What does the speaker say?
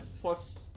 plus